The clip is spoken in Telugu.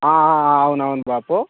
అవును అవును బాపు